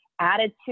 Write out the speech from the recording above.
attitude